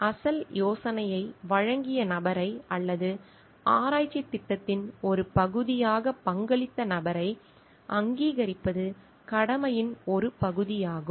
அசல் யோசனையை வழங்கிய நபரை அல்லது ஆராய்ச்சி திட்டத்தின் ஒரு பகுதியாக பங்களித்த நபரை அங்கீகரிப்பது கடமையின் ஒரு பகுதியாகும்